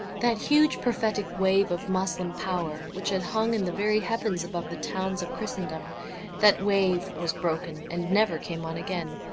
that huge prophetic wave of moslem power which had hung in the very heavens above the towns of christendom that wave was broken, and never came on again.